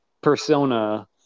persona